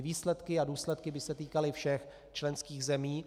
Výsledky a důsledky by se týkaly všech členských zemí.